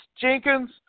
Jenkins